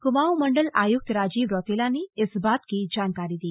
कुमाऊं मंडल आयुक्त राजीव रौतेला ने इस बात की जानकारी दी